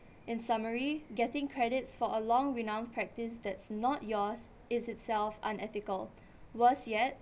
in summary getting credits for a long renowned practice that's not yours is itself unethical worse yet